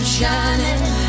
Shining